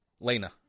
Lena